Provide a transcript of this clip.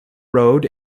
road